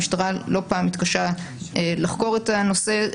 המשטרה לא פעם מתקשה לחקור את הנושא.